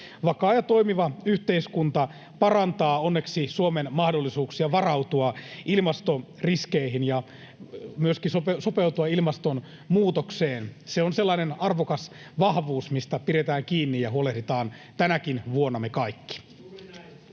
Vakaa ja toimiva yhteiskunta parantaa onneksi Suomen mahdollisuuksia varautua ilmastoriskeihin ja myöskin sopeutua ilmastonmuutokseen. Se on sellainen arvokas vahvuus, mistä pidetään kiinni ja me kaikki huolehdimme tänäkin vuonna. Näin.